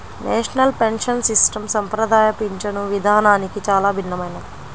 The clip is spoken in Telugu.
నేషనల్ పెన్షన్ సిస్టం సంప్రదాయ పింఛను విధానానికి చాలా భిన్నమైనది